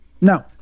No